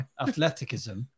Athleticism